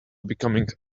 becoming